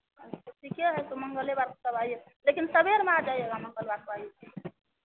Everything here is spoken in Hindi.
तो ठीके है तो मंगलेवार को तब आइए लेकिन सवेर में आ जाइएगा मंगलवार को आइएगा